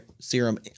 serum